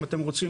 אם אתם רוצים,